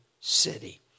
city